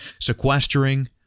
Sequestering